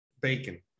bacon